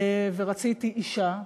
ורציתי אישה,